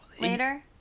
later